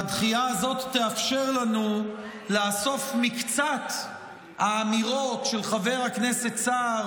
והדחייה הזאת תאפשר לנו לאסוף מקצת האמירות של חבר הכנסת סער